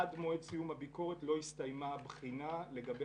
עד מועד סיום הביקורת לא הסתיימה הבחינה לגבי